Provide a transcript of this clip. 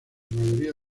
mayoría